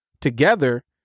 together